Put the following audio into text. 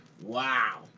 Wow